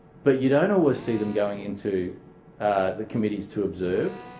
but you don't always see them going into the committees to observe.